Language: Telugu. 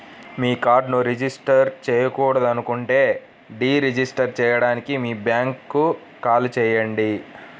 మీ కార్డ్ను రిజిస్టర్ చేయకూడదనుకుంటే డీ రిజిస్టర్ చేయడానికి మీ బ్యాంక్కు కాల్ చేయండి